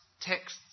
texts